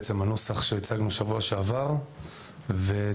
בעצם הנוסח שהצגנו בשבוע שעבר ותוספת